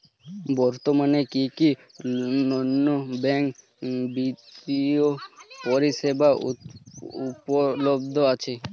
বর্তমানে কী কী নন ব্যাঙ্ক বিত্তীয় পরিষেবা উপলব্ধ আছে?